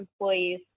employees